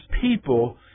people